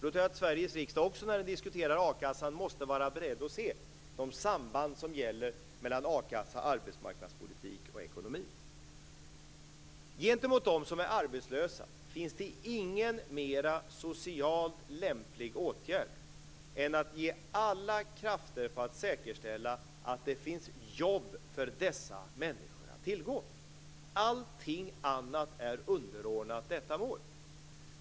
Jag tror att Sveriges riksdag, också när den diskuterar akassan, måste vara beredd att se de samband som gäller mellan a-kassa, arbetsmarknadspolitik och ekonomi. Gentemot dem som är arbetslösa finns det ingen åtgärd som är mer socialt lämplig än att sätta in alla krafter på att säkerställa att det finns jobb att tillgå för dessa människor. Allting annat är underordnat detta mål.